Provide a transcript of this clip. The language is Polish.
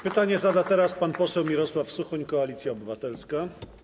Pytanie zada teraz pan poseł Mirosław Suchoń, Koalicja Obywatelska.